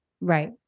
Right